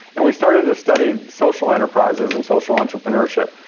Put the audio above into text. and we started to study social enterprises and social entrepreneurship,